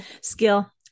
Skill